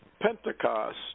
Pentecost